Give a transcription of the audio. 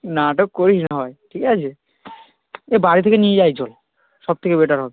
নাটক করিস না ভাই ঠিক আছে এ বাড়ি থেকে নিয়ে যাই চল সব থেকে বেটার হবে